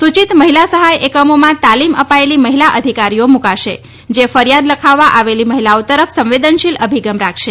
સૂચિત મહિલા સહાય એકમોમાં તાલીમ અપાયેલી મહિલા અધિકારીઓ મૂકાશે જે ફરિયાદ લખાવવા આવેલી મહિલાઓ તરફ સંવેદનશીલ અભિગમ રાખશે